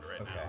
Okay